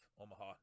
Omaha